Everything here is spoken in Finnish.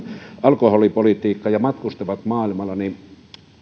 alkoholipolitiikkaan ja matkustavat maailmalla